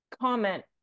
comment